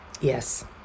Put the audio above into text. Yes